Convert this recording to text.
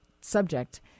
subject